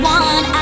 one